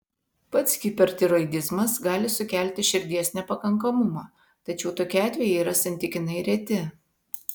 pats hipertiroidizmas gali sukelti širdies nepakankamumą tačiau tokie atvejai yra santykinai reti